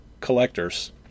collectors